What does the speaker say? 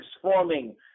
transforming